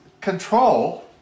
control